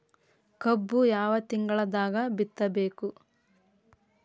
ಕಬ್ಬು ಯಾವ ತಿಂಗಳದಾಗ ಬಿತ್ತಬೇಕು?